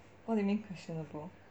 what do you mean questionable